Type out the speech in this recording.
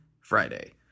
Friday